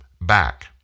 back